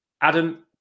Adam